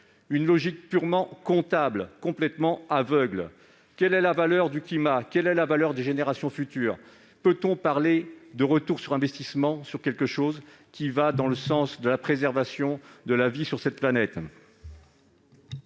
une logique purement comptable et complètement aveugle ! Quel est le prix du climat ? Quelle est la valeur des générations futures ? Peut-on parler du retour sur investissement d'un budget qui va dans le sens de la préservation de la vie sur cette planète ?